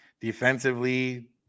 Defensively